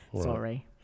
Sorry